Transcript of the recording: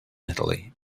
italy